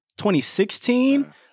2016